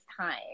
time